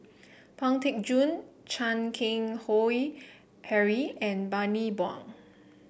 Pang Teck Joon Chan Keng Howe Harry and Bani Buang